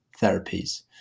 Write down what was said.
therapies